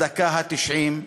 בדקה התשעים,